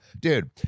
Dude